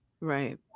Right